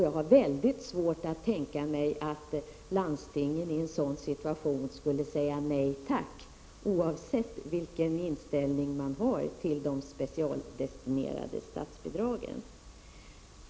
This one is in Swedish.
Jag har mycket svårt att tänka mig att landstingen i en sådan situation skulle säga nej tack, oavsett vilken inställning de har till de specialdestinerade statsbidragen.